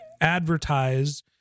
advertise